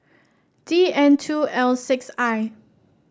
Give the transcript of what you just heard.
D N two L six I